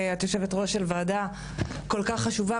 את יושבת-ראש של ועדה כל כך חשובה,